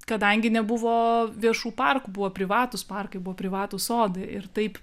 kadangi nebuvo viešų parkų buvo privatūs parkai buvo privatūs sodai ir taip